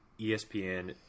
ESPN